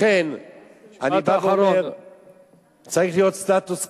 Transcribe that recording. לכן אני בא ואומר שצריך להיות סטטוס קוו,